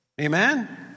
Amen